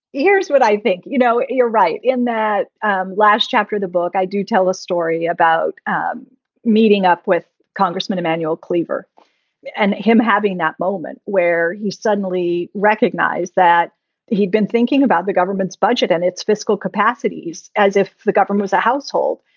here's what i think. you know, you're right. in that last chapter, the book, i do tell a story about um meeting up with congressman emanuel cleaver and him having that moment where he suddenly recognized that he'd been thinking about the government's budget and its fiscal capacities as if the government was a household.